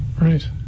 Right